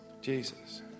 Jesus